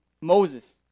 Moses